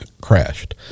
crashed